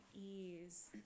ease